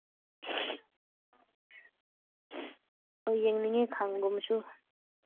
ꯍꯣꯏ ꯌꯦꯡꯅꯤꯡꯉꯦ ꯈꯥꯡꯒꯨꯝꯕꯁꯨ